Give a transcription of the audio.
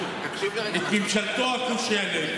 את ממשלתו הכושלת,